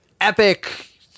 epic